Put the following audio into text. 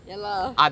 ya lah